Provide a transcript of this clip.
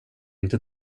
inte